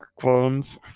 clones